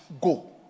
go